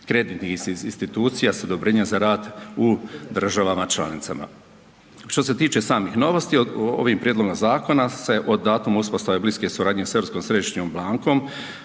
kreditnih institucija s odobrenjem za rad u državama članicama. Što se tiče samih novosti, ovim prijedlogom zakona se od datuma uspostave bliske suradnje s Europskom